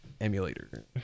emulator